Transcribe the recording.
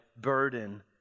burden